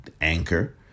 anchor